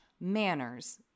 manners